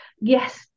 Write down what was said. yes